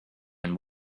and